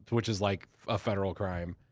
which is like, a federal crime.